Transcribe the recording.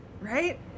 Right